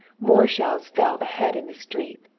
more shells fell ahead in the street.